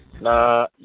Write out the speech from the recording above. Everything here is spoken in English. Na